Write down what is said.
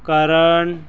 ਕਰਨ